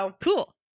Cool